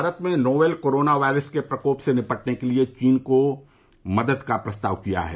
भारत ने novel corona virus के प्रकोप से निपटने के लिए चीन को मदद का प्रस्ताव किया है